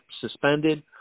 suspended